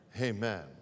amen